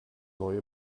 neue